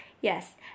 Yes